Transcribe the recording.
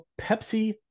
Pepsi